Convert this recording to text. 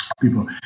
people